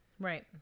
Right